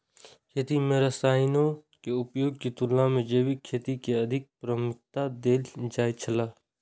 खेती में रसायनों के उपयोग के तुलना में जैविक खेती के अधिक प्राथमिकता देल जाय छला